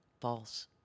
False